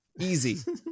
Easy